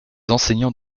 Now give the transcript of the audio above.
enseignants